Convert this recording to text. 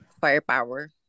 firepower